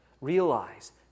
Realize